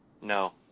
No